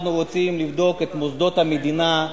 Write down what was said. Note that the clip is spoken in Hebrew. אנחנו רוצים לבדוק את מוסדות המדינה,